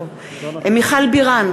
מיכל בירן,